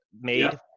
made